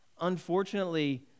Unfortunately